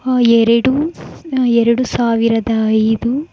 ಎರಡು ಎರಡು ಸಾವಿರದ ಐದು